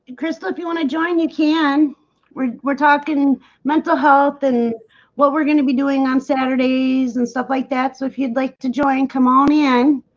crystal if you want to join you can we're we're talking and mental health and what we're gonna be doing on saturdays and stuff like that so if you'd like to join come on um yeah in